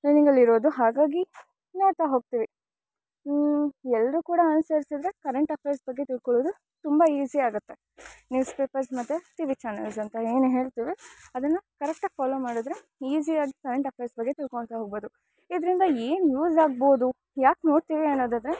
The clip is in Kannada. ರನ್ನಿಂಗಲ್ಲಿರೋದು ಹಾಗಾಗಿ ನೋಡ್ತಾ ಹೋಗ್ತಿವಿ ಎಲ್ಲರು ಕೂಡ ಅನುಸರಿಸಿದರೆ ಕರೆಂಟ್ ಅಫೇರ್ಸ್ ಬಗ್ಗೆ ತಿಳ್ಕೊಳ್ಳೊದು ತುಂಬ ಈಸಿ ಆಗುತ್ತೆ ನ್ಯೂಸ್ ಪೇಪರ್ಸ್ ಮತ್ತು ಟಿ ವಿ ಚಾನಲ್ಸ್ ಅಂತ ಏನು ಹೇಳ್ತಿವಿ ಅದನ್ನು ಕರೆಕ್ಟಾಗಿ ಫಾಲೋ ಮಾಡಿದ್ರೆ ಈಸಿಯಾಗಿ ಕರೆಂಟ್ ಅಫೇರ್ಸ್ ಬಗ್ಗೆ ತಿಳ್ಕೊತಾ ಹೋಗಬಹುದು ಇದರಿಂದ ಏನು ಯೂಸ್ ಆಗ್ಬೌದು ಯಾಕೆ ನೋಡ್ತಿವಿ ಅನ್ನೋದಾದರೆ